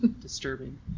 disturbing